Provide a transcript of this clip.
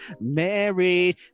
married